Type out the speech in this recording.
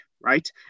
right